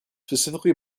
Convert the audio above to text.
specifically